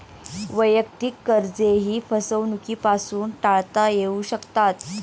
वैयक्तिक कर्जेही फसवणुकीपासून टाळता येऊ शकतात